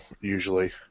usually